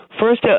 first